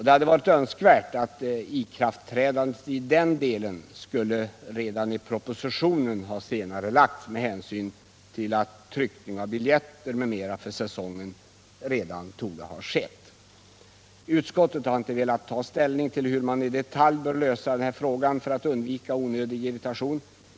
Det hade varit önskvärt att ikraftträdandet i den delen redan enligt propositionen hade senarelagts med hänsyn till att tryckning av biljetter m.m. för säsongen redan borde ha skett. Utskottet har inte velat ta ställning till hur man i detalj bör lösa den här frågan för att undvika onödig irritation.